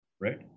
right